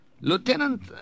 Lieutenant